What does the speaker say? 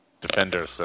defender